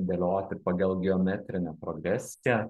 dėlioti pagal geometrinę progresiją